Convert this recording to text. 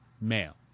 male